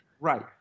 Right